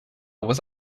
was